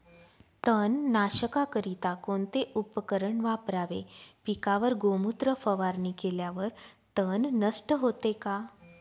तणनाशकाकरिता कोणते उपकरण वापरावे? पिकावर गोमूत्र फवारणी केल्यावर तण नष्ट होते का?